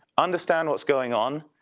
understand what's going on,